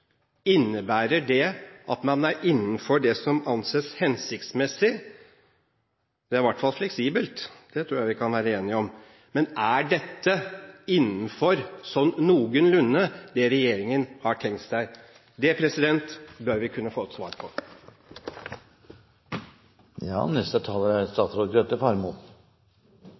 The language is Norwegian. innebærer det at man er innenfor det som anses som hensiktsmessig? Det er i hvert fall fleksibelt, det tror jeg vi kan være enige om, men er dette sånn noenlunde innenfor det regjeringen har tenkt seg? Det bør vi kunne få et svar på.